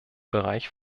bereich